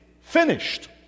finished